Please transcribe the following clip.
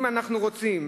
אם אנחנו רוצים